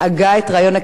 שאל אם זו נגזרת,